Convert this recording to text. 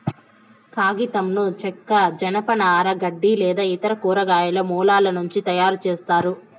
కాగితంను చెక్క, జనపనార, గడ్డి లేదా ఇతర కూరగాయల మూలాల నుంచి తయారుచేస్తారు